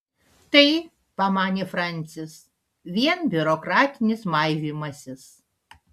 tai pamanė francis vien biurokratinis maivymasis